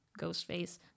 Ghostface